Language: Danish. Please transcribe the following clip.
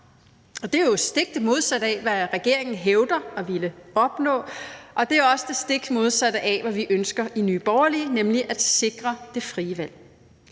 det stik modsatte af, hvad regeringen hævder at ville opnå, og det er også det stik modsatte af, hvad vi ønsker i Nye Borgerlige, nemlig at sikre det frie valg.